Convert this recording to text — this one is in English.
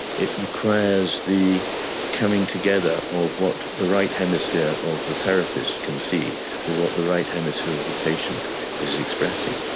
it requires the coming together of what the right hemisphere of the therapist can see with what the right hemisphere of the patient is expressing.